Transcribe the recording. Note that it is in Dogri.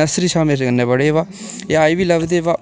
नर्सरी शा मेरे कन्नै पढ़े दे बा एह् अज्ज बी लभदे बा